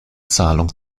zahlung